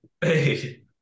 Hey